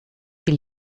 die